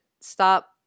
Stop